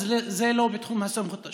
אז זה לא בתחום סמכותה.